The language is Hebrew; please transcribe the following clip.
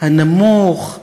הנמוך,